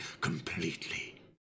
completely